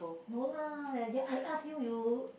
no lah I ask you you